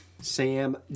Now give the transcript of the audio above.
Sam